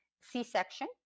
c-section